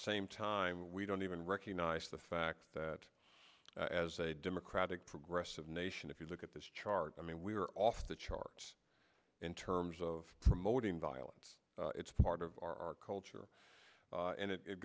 same time we don't even recognize the fact that as a democratic progressive nation if you look at this chart i mean we are off the charts in terms of promoting violence it's part of our culture and it